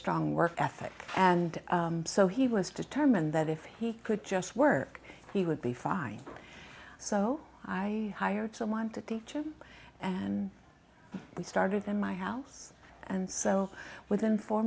strong work ethic and so he was determined that if he could just work he would be fine so i hired someone to teach him and he started in my house and so within four